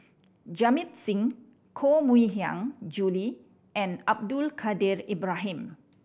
Jamit Singh Koh Mui Hiang Julie and Abdul Kadir Ibrahim